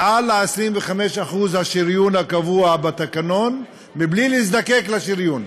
מעל 25% השריון הקבוע בתקנון, מבלי להזדקק לשריון.